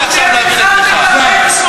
אני מציע לוועדת הפנים.